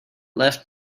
left